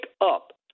up